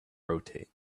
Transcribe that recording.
rotate